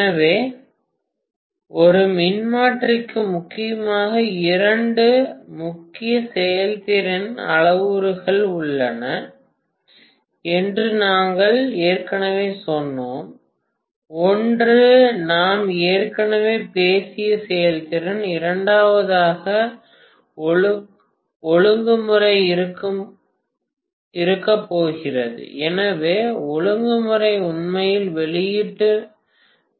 எனவே ஒரு மின்மாற்றிக்கு முக்கியமாக இரண்டு முக்கிய செயல்திறன் அளவுருக்கள் உள்ளன என்று நாங்கள் ஏற்கனவே சொன்னோம் ஒன்று நாம் ஏற்கனவே பேசிய செயல்திறன் இரண்டாவதாக ஒழுங்குமுறை இருக்கப் போகிறது எனவே ஒழுங்குமுறை உண்மையில் வெளியீட்டு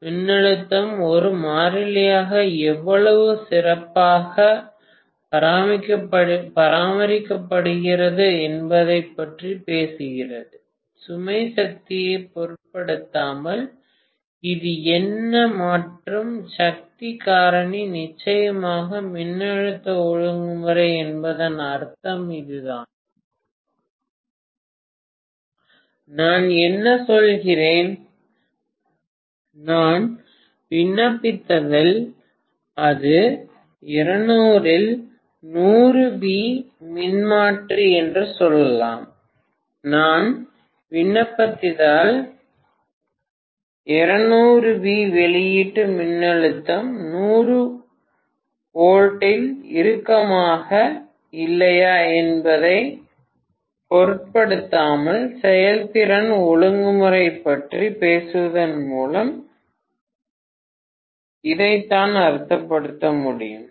மின்னழுத்தம் ஒரு மாறிலியாக எவ்வளவு சிறப்பாக பராமரிக்கப்படுகிறது என்பதைப் பற்றி பேசுகிறது சுமை சக்தியைப் பொருட்படுத்தாமல் இது என்ன மற்றும் சக்தி காரணி நிச்சயமாக மின்னழுத்த ஒழுங்குமுறை என்பதன் அர்த்தம் இதுதான் நாம் என்ன சொல்கிறோம் நான் விண்ணப்பித்தால் அது 200 ஆல் 100 வி மின்மாற்றி என்று சொல்லலாம் நான் விண்ணப்பித்தால் 200 V வெளியீட்டு மின்னழுத்தம் 100 V இல் இருக்குமா இல்லையா என்பதைப் பொருட்படுத்தாமல் செயல்திறன் ஒழுங்குமுறை பற்றி பேசுவதன் மூலம் இதைத்தான் அர்த்தப்படுத்துகிறோம்